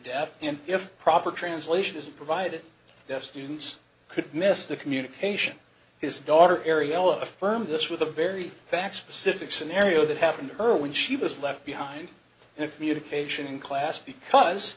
deaf and if proper translation is provided yes humans could miss the communication his daughter areola affirm this with a very fact specific scenario that happened to her when she was left behind in a communication in class because